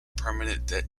permanent